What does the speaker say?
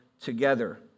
together